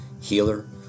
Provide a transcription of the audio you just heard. healer